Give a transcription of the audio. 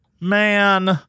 man